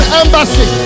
embassy